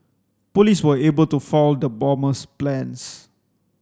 police were able to foil the bomber's plans